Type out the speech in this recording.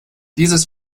dieses